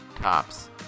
tops